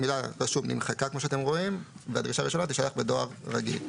המילה "רשום" נמחקה והדרישה לתשלום חוב תישלח בדואר רגיל.